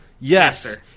Yes